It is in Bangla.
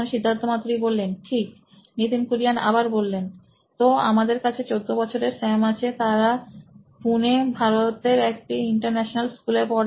Siddharth Mathur C E O নোইন ইলেক্ট্রনিক্স ঠিক Nitin Kurian C O O নোইন ইলেক্ট্রনিক্স তো আমাদের কাছে 14 বছরের স্যাম আছে তারা পুণে ভারতের একটি ইন্টারন্যাশনাল স্কু লে পড়ে